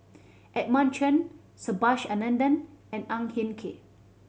Edmund Chen Subhas Anandan and Ang Hin Kee